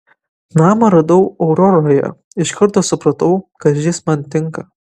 namą radau auroroje iš karto supratau kad jis man tinka